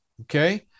Okay